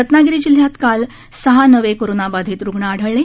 रत्नागिरी जिल्ह्यात काल नवे सहा कोरोनाबाधित रुग्ण आढळले